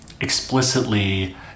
explicitly